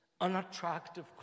unattractive